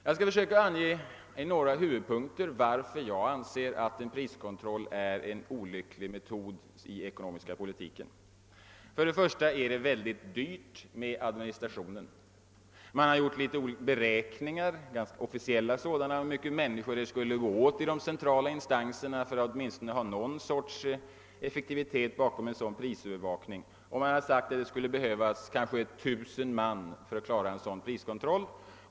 Jag skall i några huvudpunkter försöka ange, varför jag anser att en priskontroll är en olycklig metod i den ekonomiska politiken. Först kan man säga att det är mycket dyrt med administrationen. Det har gjorts vissa officiella beräkningar om hur många människor som skulle behövas i de centrala in stanserna för att få åtminstone någon effektivitet av den behövliga prisövervakningen, och det har sagts att det kanske skulle behövas 1000 personer för att klara en dylik priskontroll.